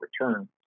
return